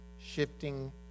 shifting